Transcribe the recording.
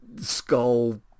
skull